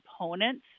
components